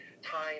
time